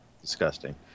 disgusting